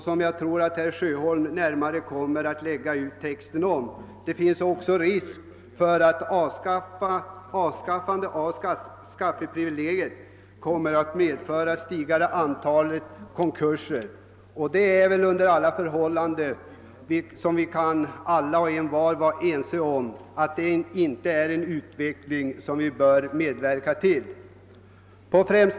Som jag tror att herr Sjöholm närmare kommer att lägga ut texten om finns det också risk för att ett avskaffande av skatteprivilegiet kom mer att medföra ett stigande antal konkurser. Jag tror vi alla är ense om att detta inte är en utveckling som vi bör medverka till.